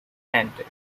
handed